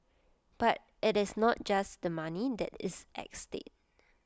but IT is not just the money that is at stake